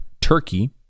turkey